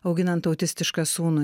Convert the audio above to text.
auginant autistišką sūnų